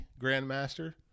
grandmaster